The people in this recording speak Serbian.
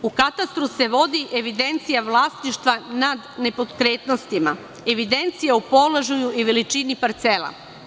U katastru se vodi evidencija vlasništva nad nepokretnostima, evidencija o položaju i veličini parcela.